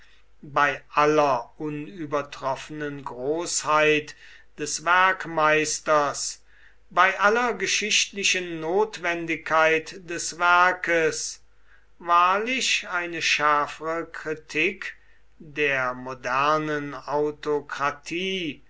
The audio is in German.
bei aller unübertroffenen großheit des werkmeisters bei aller geschichtlichen notwendigkeit des werkes wahrlich eine schärfere kritik der modernen autokratie